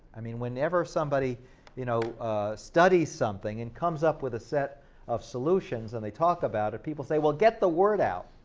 i mean whenever somebody you know studies something and comes up with a set of solutions and they talk about it, people say, well get the word out.